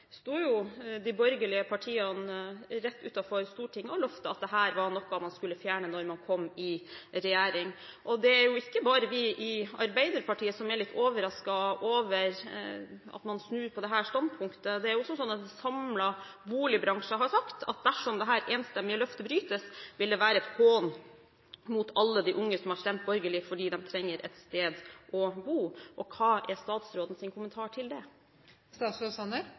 sto de borgerlige partiene rett utenfor Stortinget og lovte at dette var noe man skulle fjerne når man kom i regjering. Det er ikke bare vi i Arbeiderpartiet som er litt overrasket over at man snur på dette standpunktet. Det er også sånn at en samlet boligbransje har sagt at dersom dette enstemmige løftet brytes, vil det være en hån mot alle de unge som har stemt borgerlig fordi de trenger et sted å bo. Hva er statsrådens kommentar til